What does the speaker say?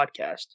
Podcast